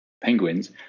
penguins